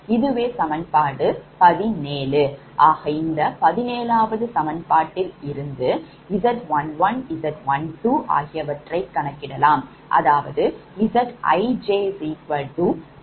இதுவே சமன்பாடு17 ஆக இந்த 17 வது சமன்பாட்டில் இருந்து Z11Z12 ஆகியவற்றை கணக்கிடலாம்